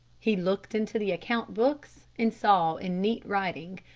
he looked into the account books and saw in neat writing,